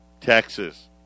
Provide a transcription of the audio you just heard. Texas